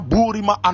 Burima